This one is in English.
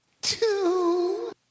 two